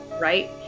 right